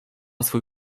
swój